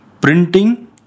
printing